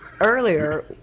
earlier